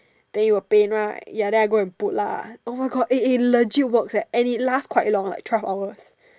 then it will pain right ya then I go and put lah oh my God eh it legit works and it lasts quite long like twelve hours